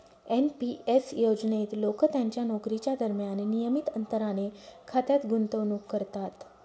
NP S योजनेत लोक त्यांच्या नोकरीच्या दरम्यान नियमित अंतराने खात्यात गुंतवणूक करतात